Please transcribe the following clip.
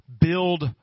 build